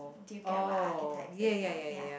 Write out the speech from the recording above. do you get what archetype is now ya